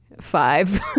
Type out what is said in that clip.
five